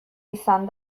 izan